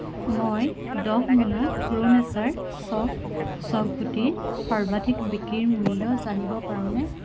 মই দহ মোনা প্ৰ' নেচাৰ চফ চফগুটিৰ সৰ্বাধিক বিক্ৰী মূল্য জানিব পাৰোনে